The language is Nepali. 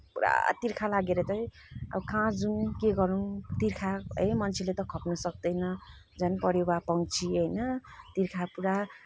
पुरा तिर्खा लागेर चाहिँ अब कहाँ जाउँ के गरौँ तिर्खा है मान्छेले त खप्न सक्दैन झन् परेवा पक्षी होइन तिर्खा पुरा